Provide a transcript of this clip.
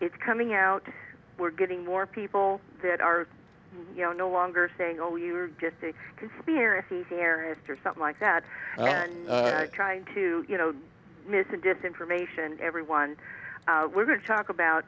it's coming out we're getting more people that are you know no longer saying oh you're just a conspiracy theorist or something like that trying to you know get information everyone we're going to talk about